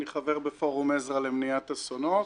אני חבר ב"פורום עזרא" למניעת אסונות.